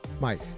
Mike